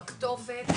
בכתובת,